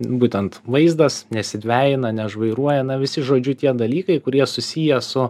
būtent vaizdas nesidvejina nežvairuoja na visi žodžiu tie dalykai kurie susiję su